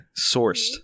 sourced